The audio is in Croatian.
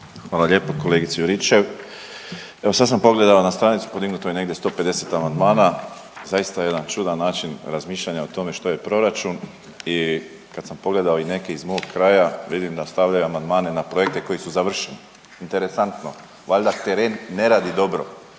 Hvala lijepo. Kolegice Juričev evo sad sam pogledao na stranicu, podignuto je negdje 150 amandmana, zaista jedan čudan način razmišljanja o tome što je proračun i kad sam pogledao i neke iz mog kraja vidim da stavljaju amandmane na projekte koji su završeni. Interesantno, valjda teren ne radi dobro.